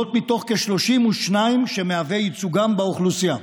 מתוך כ-32% שמהווה ייצוגם באוכלוסייה.